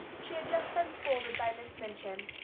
she had just been scolded by miss minchin,